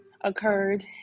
occurred